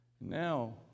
Now